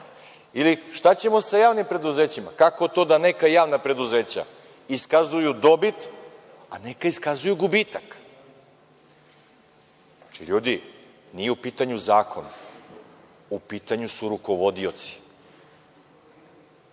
Ili, šta ćemo sa javnim preduzećima? Kako to da neka javna preduzeća iskazuju dobit, a neka iskazuju gubitak? Ljudi, nije u pitanju zakon, u pitanju su rukovodioci.